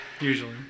usually